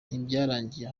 ntibyarangiriye